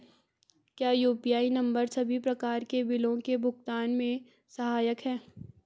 क्या UPI number सभी प्रकार के बिलों के भुगतान में सहायक हैं?